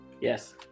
Yes